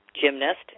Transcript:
gymnast